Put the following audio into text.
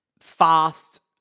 fast